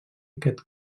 aquest